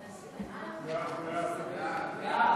בעד,